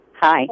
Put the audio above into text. hi